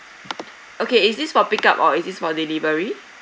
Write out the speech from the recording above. okay is this for pick up or this for delivery